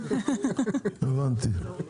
הבנתי.